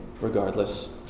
regardless